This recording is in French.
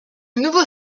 nouveau